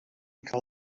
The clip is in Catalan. que